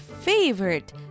favorite